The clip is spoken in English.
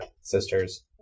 sisters